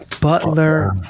Butler